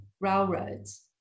railroads